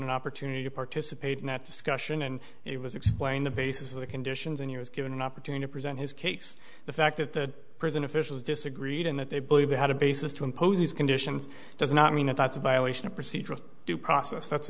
an opportunity to participate in that discussion and it was explained the basis of the conditions and he was given an opportunity present his case the fact that the prison officials disagreed and that they believe they had a basis to impose these conditions does not mean that that's a violation of procedure of due process